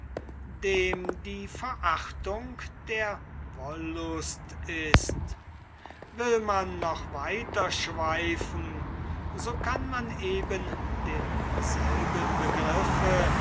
dem die verachtung der wollust ist will man noch weiter schweifen so kann man eben demselben begriffe